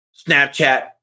Snapchat